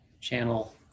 channel